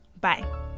bye